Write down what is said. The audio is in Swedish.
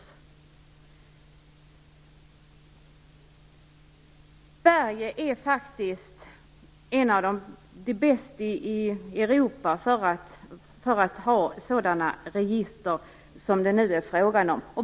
Sverige är faktiskt bäst i Europa när det gäller sådana register som det nu är frågan om.